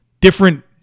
different